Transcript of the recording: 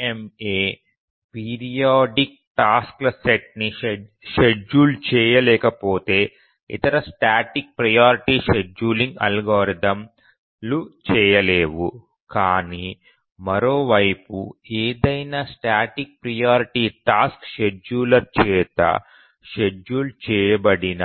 RMA periodic task ల set ని schedule చేయలేకపోతే ఇతర స్టాటిక్ ప్రియారిటీ షెడ్యూలింగ్ అల్గోరిథంలు చేయలేవు కానీ మరో వైపు ఏదైనా స్టాటిక్ ప్రియారిటీ టాస్క్ షెడ్యూలర్ చేత షెడ్యూల్ చేయబడిన